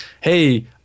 hey